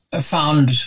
found